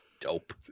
Dope